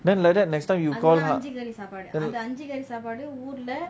then like that next time you call her